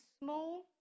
small